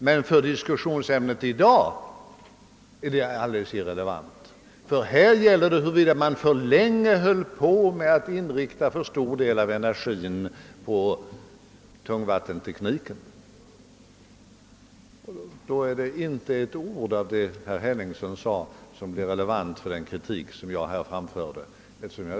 Men för diskussionsämnet i dag är detta helt irrelevant, ty här gäller det huruvida man höll på för länge med att inrikta en för stor del av energi och pengar på tungvattentekniken. Då är inte ett ord av det herr Henningsson sade relevant beträffande den kritik som jag här framförde.